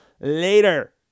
later